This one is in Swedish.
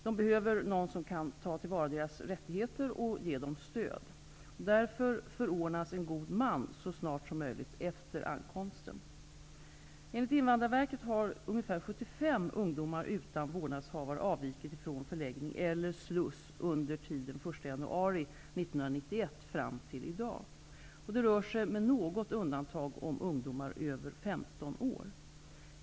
De behöver någon som kan ta till vara dess rättigheter och ge dem stöd. Därför förordnas en god man så snart som möjligt efter ankomsten. Enligt Invandrarverket har ungefär 75 ungdomar utan vårdnadshavare avvikit från förläggning eller sluss under tiden den 1 januari 1991 fram till i dag. Det rör sig med något undantag om ungdomar över 15 år.